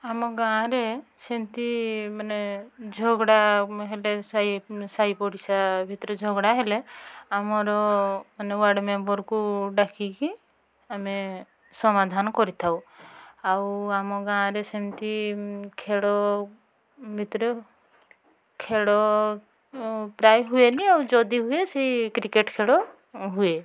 ଆମ ଗାଁରେ ସେମିତି ମାନେ ଝଗଡ଼ା ହେଲେ ସାଇ ସାହି ପଡ଼ିଶା ଭିତରେ ଝଗଡ଼ା ହେଲେ ଆମର ମାନେ ୱାର୍ଡ଼୍ ମେମ୍ବର୍କୁ ଡାକିକି ଆମେ ସମାଧାନ କରିଥାଉ ଆଉ ଆମ ଗାଁରେ ସେମିତି ଖେଳ ଭିତରେ ଖେଳ ପ୍ରାୟ ହୁଏନି ଆଉ ଯଦି ହୁଏ ସେଇ କ୍ରିକେଟ୍ ଖେଳ ହୁଏ